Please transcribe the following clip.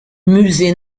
musée